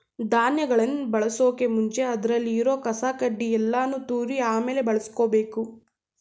ಧಾನ್ಯಗಳನ್ ಬಳಸೋಕು ಮುಂಚೆ ಅದ್ರಲ್ಲಿ ಇರೋ ಕಸ ಕಡ್ಡಿ ಯಲ್ಲಾನು ತೂರಿ ಆಮೇಲೆ ಬಳುಸ್ಕೊಬೇಕು